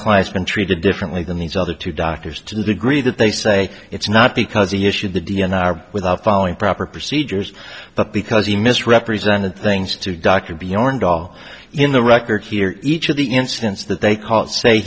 client's been treated differently than these other two doctors to the degree that they say it's not because he issued the d n r without following proper procedures but because he misrepresented things to dr beyond all in the record here each of the incidents that they caught say